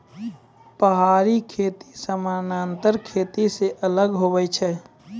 पहाड़ी खेती समान्तर खेती से अलग हुवै छै